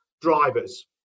drivers